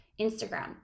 Instagram